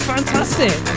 Fantastic